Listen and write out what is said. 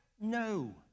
No